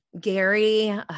Gary